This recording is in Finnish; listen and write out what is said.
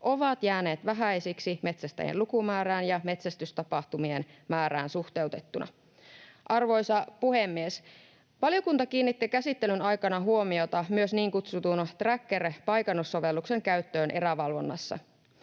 ovat jääneet vähäisiksi metsästäjien lukumäärään ja metsästystapahtumien määrään suhteutettuna. Arvoisa puhemies! Valiokunta kiinnitti käsittelyn aikana huomiota myös niin kutsutun Tracker-paikannussovelluksen käyttöön erävalvonnassa.